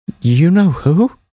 You-know-who